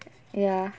ya